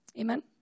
Amen